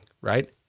right